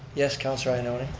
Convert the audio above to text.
yes, councilor ioannoni?